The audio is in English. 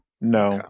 No